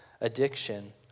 addiction